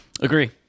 agree